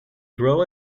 grow